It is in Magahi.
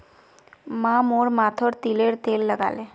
माँ मोर माथोत तिलर तेल लगाले